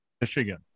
Michigan